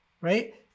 right